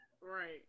Right